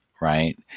right